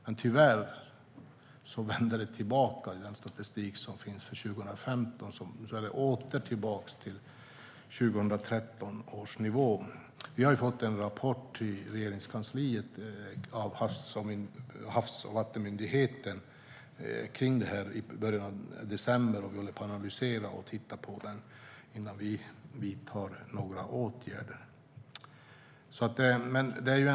Men tyvärr vände det tillbaka i statistiken för 2015. Då var det åter tillbaka på 2013 års nivå. Havs och vattenmyndigheten lämnade en rapport till Regeringskansliet i början av december, och vi håller på att analysera den innan vi vidtar några åtgärder.